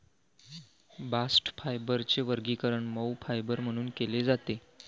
bast फायबरचे वर्गीकरण मऊ फायबर म्हणून केले जाते